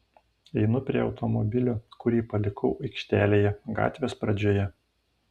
einu prie automobilio kurį palikau aikštelėje gatvės pradžioje